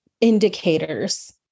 indicators